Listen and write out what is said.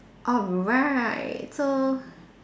alright so